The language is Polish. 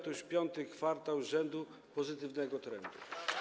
To już piąty kwartał z rzędu pozytywnego trendu.